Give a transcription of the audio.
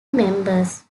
members